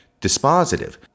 dispositive